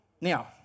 Now